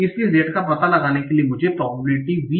इसलिए Z का पता लगाने के लिए मुझे प्रोबेबिलिटी V